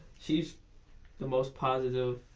she's the most positive